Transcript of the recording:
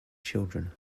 children